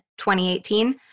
2018